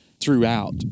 throughout